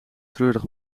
treurig